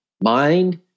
mind